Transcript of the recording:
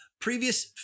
Previous